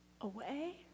Away